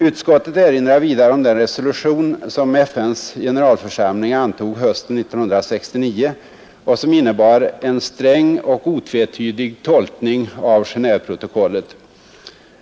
Utskottet erinrar vidare om den resolution som FNs generalförsamling antog hösten 1969 och som innebar en sträng och otvetydig tolkning av Genéveprotokollet.